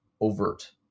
overt